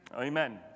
Amen